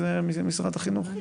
זה משרד החינוך?